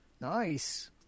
Nice